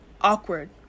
awkward